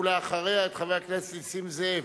ולאחריה, את חבר הכנסת נסים זאב,